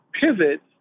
pivot